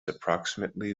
approximately